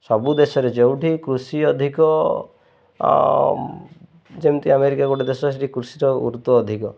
ସବୁ ଦେଶରେ ଯୋଉଠି କୃଷି ଅଧିକ ଯେମିତି ଆମେରିକା ଗୋଟେ ଦେଶ ସେଠି କୃଷିର ଗୁରୁତ୍ୱ ଅଧିକ